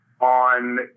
on